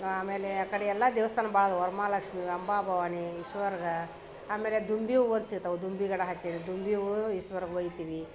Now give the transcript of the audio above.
ಆಮೇಲೆ ಆ ಕಡೆ ಎಲ್ಲ ದೇವಸ್ಥಾನ ಭಾಳ ಅದಾವು ವರ್ಮಹಾಲಕ್ಷ್ಮಿ ಅಂಬಾಭವಾನಿ ಈಶ್ವರ ಆಮೇಲೆ ದುಂಬಿ ಹೂ ಅಂತ ಸಿಗ್ತವೆ ದುಂಬಿಗಿಡ ಹಚ್ಚೇವಿ ದುಂಬಿ ಹೂ ಈಶ್ವರಗೆ ಒಯ್ತೀವಿ